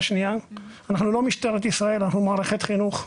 אנחנו לא משטרת ישראל, אנחנו מערכת חינוך.